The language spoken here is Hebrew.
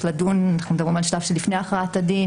לדון אנחנו מדברים על שלב שלפני הכרעת הדין